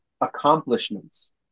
accomplishments